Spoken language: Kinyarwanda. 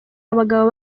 abagabo